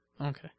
Okay